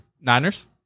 Niners